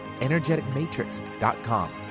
energeticmatrix.com